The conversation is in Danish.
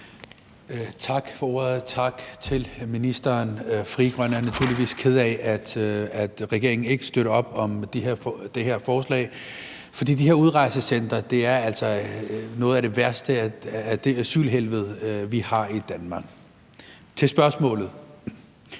Tak for ordet, og tak til ministeren. Frie Grønne er naturligvis kede af, at regeringen ikke støtter op om det her forslag, for de her udrejsecentre er altså noget af det værste i det asylhelvede, vi har i Danmark. Nu til mit spørgsmål: